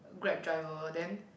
grab driver then